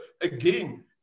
again